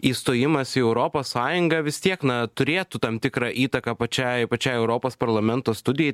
įstojimas į europos sąjungą vis tiek na turėtų tam tikrą įtaką pačiai pačiai europos parlamento studijai